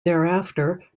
thereafter